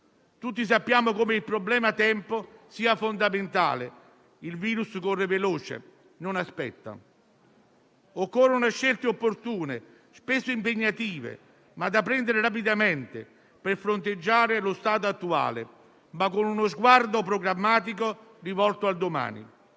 Tutti sappiamo come il problema tempo sia fondamentale, perché il virus corre veloce e non aspetta. Occorrono scelte opportune, spesso impegnative, ma da prendere rapidamente, per fronteggiare lo stato attuale, con uno sguardo programmatico rivolto al domani.